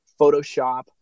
Photoshop